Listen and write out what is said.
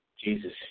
Jesus